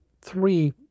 three